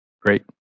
Great